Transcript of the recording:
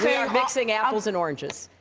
yeah mixing apples and oranges.